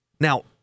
Now